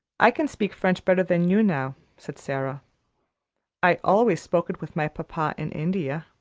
i can speak french better than you, now, said sara i always spoke it with my papa in india.